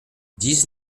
dix